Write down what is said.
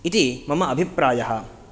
इति मम अभिप्रायः